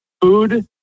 food